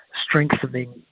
strengthening